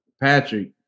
Patrick